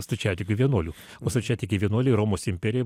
stačiatikių vienuolių o stačiatikiai vienuoliai romos imperiją